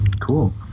Cool